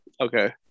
okay